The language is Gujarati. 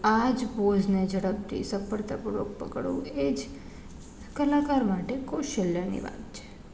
આજ પોઝને ઝડપથી સફળતાપૂર્વક પકડવું એજ કલાકાર માટે કૌશલ્યની વાત છે